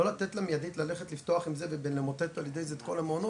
לא לתת לה מיידית ללכת לפתוח עם זה ולמוטט על ידי זה את כל המעונות,